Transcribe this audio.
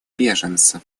беженцев